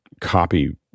copy